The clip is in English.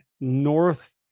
North